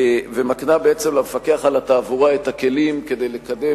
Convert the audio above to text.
ומקנה למפקח על התעבורה את הכלים כדי לקדם